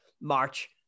March